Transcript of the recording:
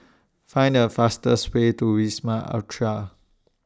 Find The fastest Way to Wisma Atria